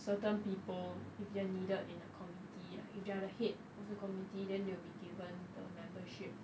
certain people if you are needed in a committee lah if you are the head of the committee then you will be given the membership